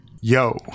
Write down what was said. Yo